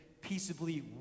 peaceably